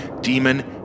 demon